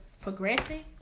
progressing